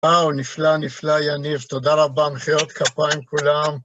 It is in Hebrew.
וואו, נפלא, נפלא, יניב, תודה רבה, מחיאות כפיים כולם.